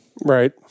Right